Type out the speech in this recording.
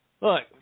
Look